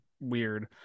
weird